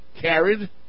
carried